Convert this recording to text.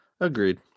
Agreed